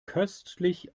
köstlich